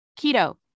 keto